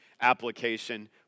application